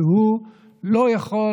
והוא לא יכול,